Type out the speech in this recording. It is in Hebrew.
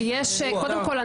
קודם כל,